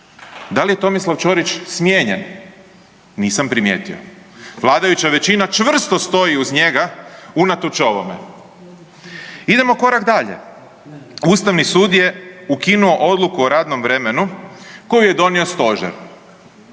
Da li je Tomislav Ćorić smijenjen? Nisam primijetio. Vladajuća većina čvrsto stoji uz njega unatoč ovome. Idemo korak dalje, Ustavni sud je ukinuo odluku o radnom vremenu koju je donio Stožer.